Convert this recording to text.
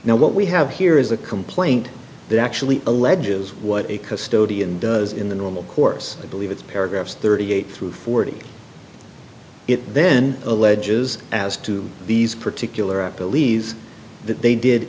now what we have here is a complaint that actually alleges what a custodian does in the normal course i believe it's paragraph thirty eight through forty it then alleges as to these particular app believes that they did